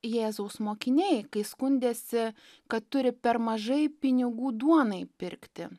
jėzaus mokiniai kai skundėsi kad turi per mažai pinigų duonai pirkti